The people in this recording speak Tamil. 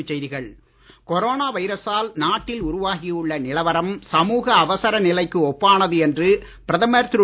தலைப்புச் செய்திகள் கொரோனா வைரசால் நாட்டில் உருவாகியுள்ள நிலவரம் சமூக அவசர நிலைக்கு ஒப்பானது என்று பிரதமர் திரு